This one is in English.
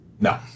No